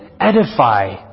edify